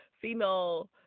female